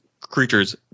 creatures